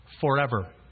forever